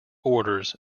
orders